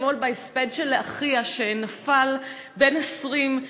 אתמול בהספד של אחיה שנפל בן 20,